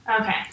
Okay